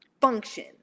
function